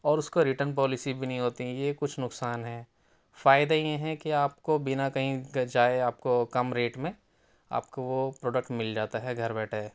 اور اُس کو ریٹرن پولیسی بھی نہیں ہوتی یہ کچھ نقصان ہیں فائدہ یہ ہیں کہ آپ کو بنا کہیں گے جائے آپ کو کم ریٹ میں آپ کو وہ پروڈکٹ مل جاتا ہے گھر بیٹھے